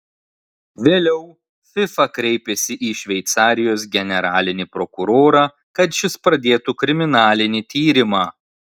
vėliau fifa kreipėsi į šveicarijos generalinį prokurorą kad šis pradėtų kriminalinį tyrimą